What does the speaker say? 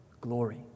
glory